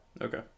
Okay